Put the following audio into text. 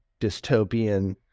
dystopian